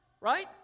right